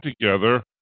together